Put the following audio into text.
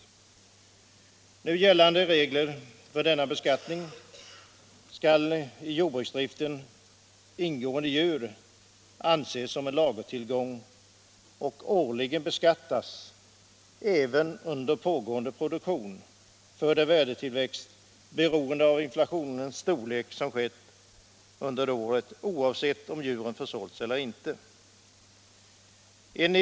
Enligt de nu gällande reglerna för denna beskattning skall i jordbruksdriften ingående djur anses som en lagertillgång och årligen beskattas, även under pågående produktion, för den värdetillväxt som skett under året på grund av inflationen, oavsett om djuren sålts eller inte.